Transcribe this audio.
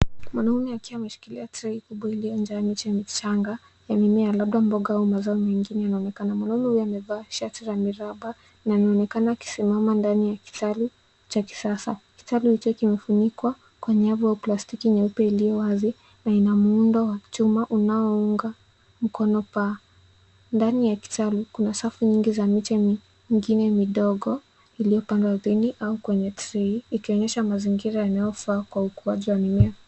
Mwanaume akiwa ameshikilia trei kubwa iliyojaa miche michanga ya mimea labda mboga au mazao mengine yanaonekana. Mwanaume huyu amevaa shati la miraba na anaonekana akisimama ndani ya kitalu cha kisasa. Kitalu hicho kimefunikwa kwa nyavu au plastiki nyeupe iliyowazi na ina muundo wa chuma unaounga mkono paa. Ndani ya kitalu kuna safu nyingi za miche mingine midogo iliyopandwa ardhini au kwenye trei ikionyesha mazingira yanayofaa kwa ukuaji wa mimea.